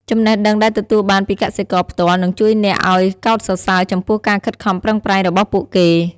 ចំណេះដឹងដែលទទួលបានពីកសិករផ្ទាល់នឹងជួយអ្នកឱ្យកោតសរសើរចំពោះការខិតខំប្រឹងប្រែងរបស់ពួកគេ។